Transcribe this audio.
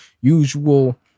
usual